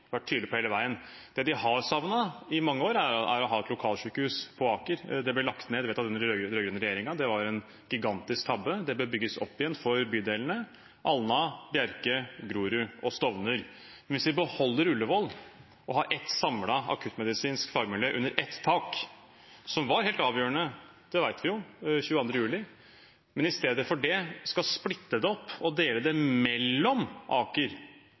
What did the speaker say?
vært tydelige på hele veien. Det de har savnet i mange år, er å ha et lokalsykehus på Aker. Det ble lagt ned, vedtatt av den rød-grønne regjeringen, det var en gigantisk tabbe. Det bør bygges opp igjen for bydelene Alna, Bjerke, Grorud og Stovner. Hvis vi i stedet for å beholde Ullevål og ha ett samlet akuttmedisinsk fagmiljø under ett tak, som er helt avgjørende, det vet vi jo fra 22. juli, skal splitte det opp og dele det mellom Aker